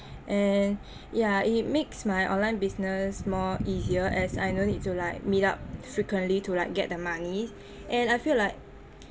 and ya it makes my online business more easier as I no need to like meet up frequently to like get the money and I feel like